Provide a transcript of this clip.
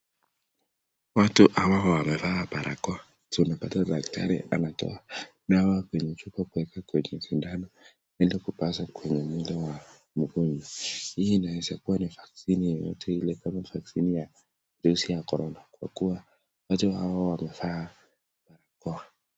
Watu hawa wamevaa barakoa, wamepata dakitari ametoa dawa kwenye mfuka kuweka kwenye shindano ilikupata kuindunga kwa mgonjwa. Hii inaweza kuwa ni vaccine,(cs), ya virusi ya korona, kwa kuwa watu hawa wamevaa barakoa.